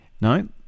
No